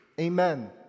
Amen